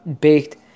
baked